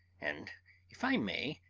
and if i may,